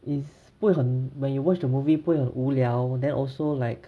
is 不会很 when you watch the movie 不会很无聊 then also like